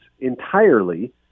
entirely